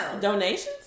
donations